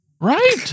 Right